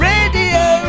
Radio